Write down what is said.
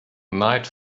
night